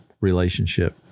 relationship